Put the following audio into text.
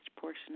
portion